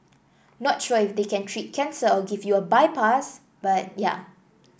not sure if they can treat cancer or give you a bypass but yeah